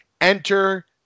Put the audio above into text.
Enter